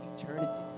eternity